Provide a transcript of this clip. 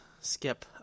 skip